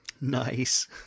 Nice